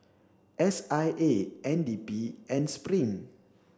S I A N D P and Spring